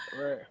Right